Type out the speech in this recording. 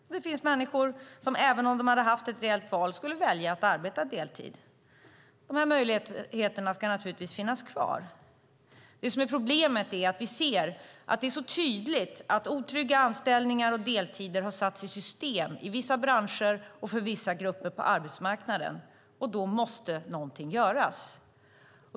Och det finns människor som även om de skulle ha haft ett reellt val skulle välja att arbeta deltid. Dessa möjligheter ska finnas kvar. Problemet är att vi ser att det är så tydligt att otrygga anställningar och deltider har satts i system i vissa branscher och för vissa grupper på arbetsmarknaden. Då måste någonting göras.